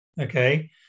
okay